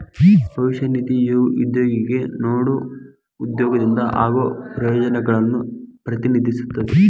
ಭವಿಷ್ಯ ನಿಧಿ ಉದ್ಯೋಗಿಗೆ ನೇಡೊ ಉದ್ಯೋಗದಿಂದ ಆಗೋ ಪ್ರಯೋಜನಗಳನ್ನು ಪ್ರತಿನಿಧಿಸುತ್ತದೆ